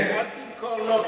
אל תמכור לוקשים,